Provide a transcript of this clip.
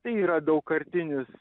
tai yra daugkartinis